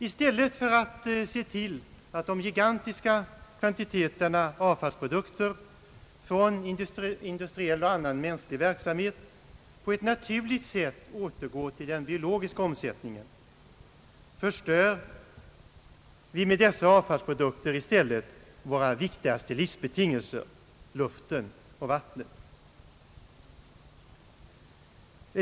I stället för att se till att de gigantiska kvantiteterna avfallsprodukter från industriell och annan mänsklig verksamhet på ett naturligt sätt återgår till den biologiska omsättningen förstör vi med dessa avfallsprodukter i stället våra viktigaste livsbetingelser: luften och vattnet.